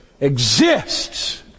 exists